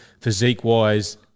physique-wise